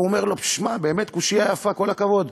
הוא אומר לו: שמע, באמת, קושיה יפה, כל הכבוד.